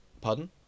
Pardon